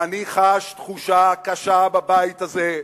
ואני חש תחושה קשה בבית הזה,